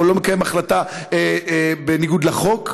או לא מקיים החלטה בניגוד לחוק.